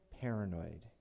paranoid